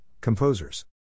composers